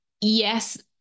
yes